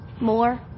More